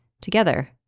together